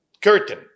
curtain